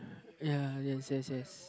ya yes yes yes